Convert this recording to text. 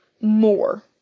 more